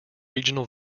regional